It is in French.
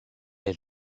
est